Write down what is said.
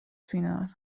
فینال